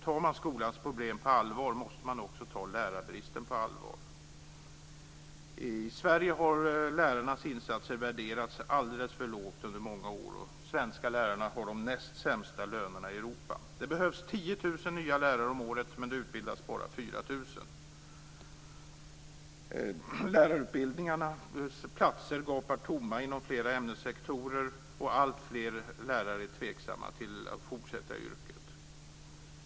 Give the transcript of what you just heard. Tar man skolans problem på allvar måste man också ta lärarbristen på allvar. I Sverige har lärarnas insatser under många år värderats alldeles för lågt. Svenska lärare har de näst sämsta lönerna i Europa. Det behövs 10 000 nya lärare om året, men det utbildas bara 4 000. Platser gapar tomma inom flera ämnessektorer av lärarutbildningarna, och alltfler lärare är tveksamma till att fortsätta i yrket.